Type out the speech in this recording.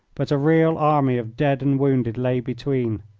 but a real army of dead and wounded lay between.